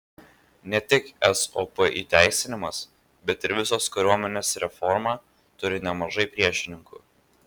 ne tik sop įteisinimas bet ir visos kariuomenės reforma turi nemažai priešininkų